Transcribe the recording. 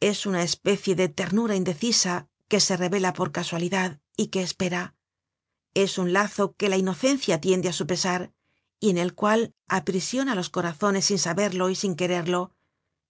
es una especie de ternura indecisa que se revela por casualidad y que espera es un lazo que la inocencia tiende á su pesar y en el cual aprisiona los corazones sin saberlo y sin quererlo